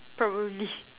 probably